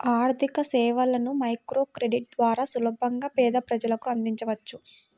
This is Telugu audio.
ఆర్థికసేవలను మైక్రోక్రెడిట్ ద్వారా సులభంగా పేద ప్రజలకు అందించవచ్చు